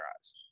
eyes